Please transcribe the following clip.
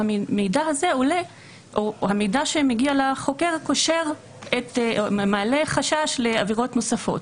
והמידע הזה עולה או המידע שמגיע לחוקר קושר או מעלה חשש לעבירות נוספות.